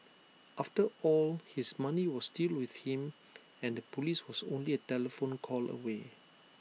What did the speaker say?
after all his money was still with him and the Police was only A telephone call away